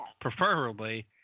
preferably